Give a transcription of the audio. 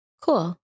Cool